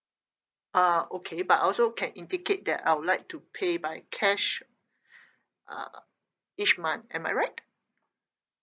ah okay but I also can indicate that I would like to pay by cash uh each month am I right